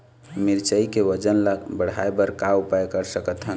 मिरचई के वजन ला बढ़ाएं बर का उपाय कर सकथन?